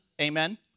Amen